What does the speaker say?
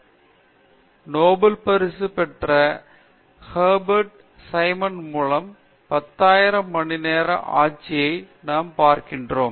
பின்னர் நோபல் பரிசு பெற்ற ஹெர்பெர்ட் சைமன் மூலம் 10000 மணிநேர ஆட்சியை நாம் பார்க்கிறோம்